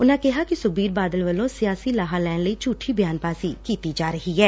ਉਨੂਾਂ ਕਿਹਾ ਕਿ ਸੁਖਬੀਰ ਬਾਦਲ ਵੱਲੋਂ ਸਿਆਸੀ ਲਾਹਾ ਲੈਣ ਲਈ ਝੁਠੀ ਬਿਆਨਬਾਜ਼ੀ ਕੀਤੀ ਜਾ ਰਹੀ ਐ